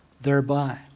thereby